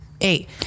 Eight